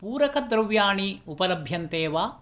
पूरकद्रव्याणि उपलभ्यन्ते वा